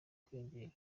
kwiyongera